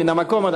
מן המקום.